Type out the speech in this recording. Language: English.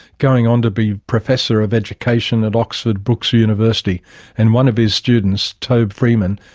going on to be professor of education at oxford brookes university and one of his students, tobe freeman,